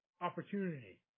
opportunity